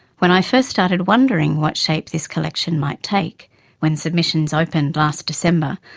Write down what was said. when i first started wondering what shape this collection might take when submissions opened last december,